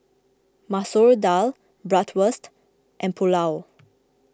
Masoor Dal Bratwurst and Pulao